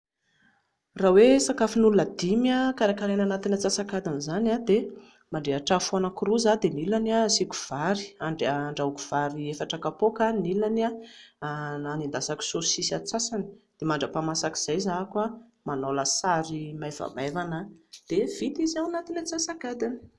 Raha hoe sakafon'olona dimy karakaraina anatin'ny atsasakadiny izany dia mandrehitra afo anankiroa izaho dia ny ilany asiako vary andrahoako vary efatra kapoaka, ny ilany anendasako saosisy atsasany dia mandrapaha-masak'izay aho manao lasary maivamaivana dia vita izy ao anatin'ny atsasakadiny